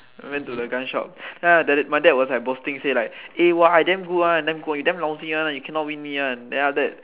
went to the gun shop then after that my dad was like boasting say like eh !wah! I damn good [one] damn good [one] you damn lousy cannot win me [one] then after that